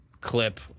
clip